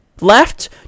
left